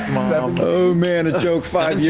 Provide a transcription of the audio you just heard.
oh, man. a joke five years